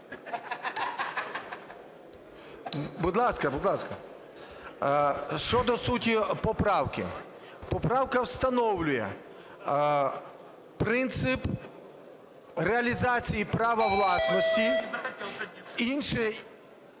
Будь ласка. Будь ласка. Щодо суті поправки. Поправка встановлює принцип реалізації права власності, інші